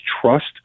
trust